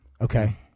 Okay